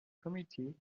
committee